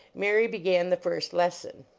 mary began the first lesson.